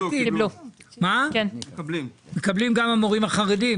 מקבלים גם המורים החרדים?